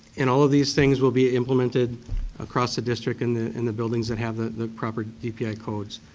and all these things will be implemented across the district in the and the buildings that have the the proper dpi codes.